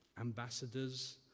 ambassadors